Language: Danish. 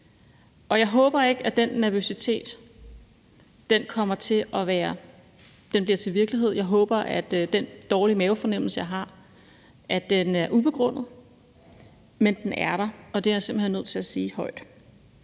Jeg håber ikke, at det, jeg er nervøs for, kommer til at blive til virkelighed. Jeg håber, at den dårlige mavefornemmelse, jeg har, er ubegrundet, men den er der, og det er jeg simpelt hen nødt til at sige højt.